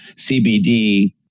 CBD